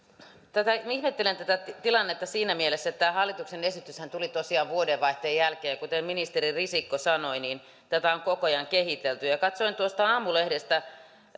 ihmettelen tätä tilannetta siinä mielessä että tämä hallituksen esityshän tuli tosiaan vuodenvaihteen jälkeen ja kuten ministeri risikko sanoi tätä on koko ajan kehitelty katsoin tuossa aamulehdestä että